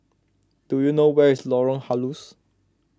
do you know where is Lorong Halus